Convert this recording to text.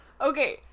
Okay